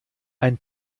ein